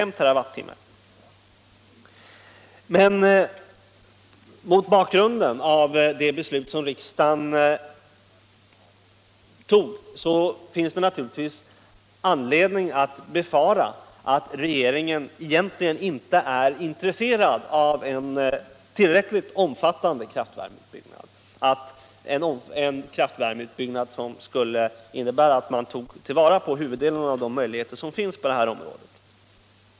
Men mot bakgrund av det beslut som riksdagen fattat finns det naturligtvis anledning att befara att regeringen egentligen inte är intresserad av en tillräckligt omfattande kraftvärmeutbyggnad — en kraftvärmeutbyggnad som skulle innebära att man tog till vara huvuddelen av de möjligheter som finns på det här området.